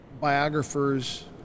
biographers